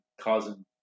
causing